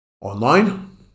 online